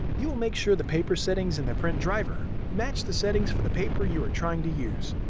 you will make sure the paper settings in the print driver match the settings for the paper you are trying to use.